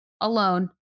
Alone